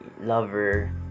Lover